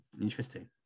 Interesting